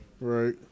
right